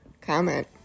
comment